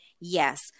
Yes